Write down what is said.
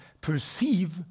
perceive